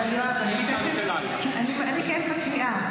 אבל יואב, אני תכף --- לא, אבל סליחה.